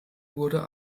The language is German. wurde